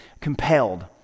compelled